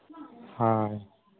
ᱦᱳᱭ